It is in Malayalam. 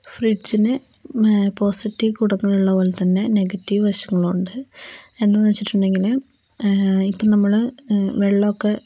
ഫ്രിഡ്ജിന് പോസിറ്റീവ് കൊടുക്കാനുള്ള പോലെതന്നെ നെഗറ്റീവ് വശങ്ങളുണ്ട് എന്തെന്ന് വച്ചിട്ടുണ്ടെങ്കിൽ ഇപ്പം നമ്മൾ വെള്ളമൊക്കെ